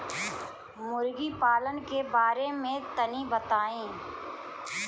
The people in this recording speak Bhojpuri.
मुर्गी पालन के बारे में तनी बताई?